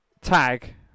tag